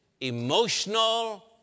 emotional